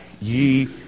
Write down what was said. ye